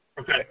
Okay